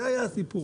זה היה הסיפור,